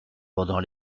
pendant